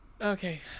Okay